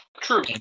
True